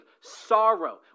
sorrow